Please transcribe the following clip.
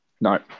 No